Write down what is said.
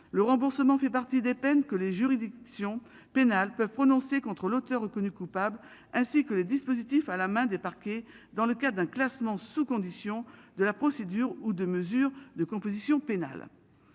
le remboursement fait partie des peines que les juridictions pénales peuvent prononcer contre l'auteur reconnu coupable ainsi que les dispositifs à la main des parquets. Dans le cas d'un classement sous condition de la procédure ou de mesures de composition pénale.